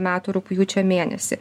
metų rugpjūčio mėnesį